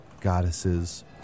goddesses